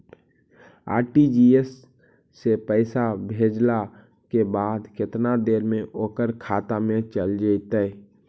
RTGS से पैसा भेजला के बाद केतना देर मे ओकर खाता मे चल जितै?